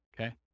Okay